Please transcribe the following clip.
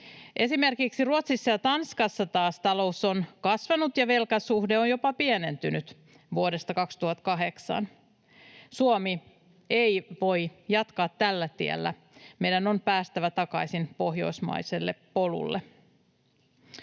Esimerkiksi Ruotsissa ja Tanskassa taas talous on kasvanut ja velkasuhde on jopa pienentynyt vuodesta 2008. Suomi ei voi jatkaa tällä tiellä. Meidän on päästävä takaisin pohjoismaiselle polulle.